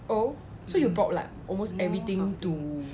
oh so you brought like almost everything to